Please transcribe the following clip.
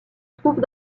trouve